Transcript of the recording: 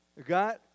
God